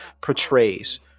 portrays